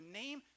name